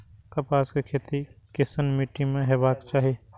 कपास के खेती केसन मीट्टी में हेबाक चाही?